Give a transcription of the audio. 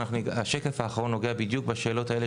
השקף האחרון נוגע בדיוק בשאלות האלה